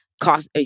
cost